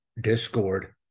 Discord